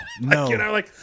No